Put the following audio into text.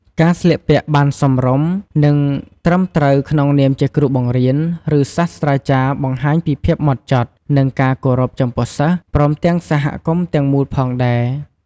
ការស្លៀកពាក់់បានសមរម្យ និង ត្រឹមត្រូវក្នុងនាមជាគ្រូបង្រៀន ឬសាស្ត្រាចារ្យបង្ហាញពីភាពហ្មត់ចត់ និង ការគោរពចំពោះសិស្ស ព្រមទាំងសហគមន៍ទាំងមូលផងដែរ។